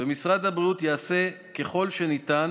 ומשרד הבריאות יעשה כל שניתן